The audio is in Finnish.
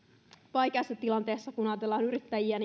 vaikeassa tilanteessa kun ajatellaan yrittäjiä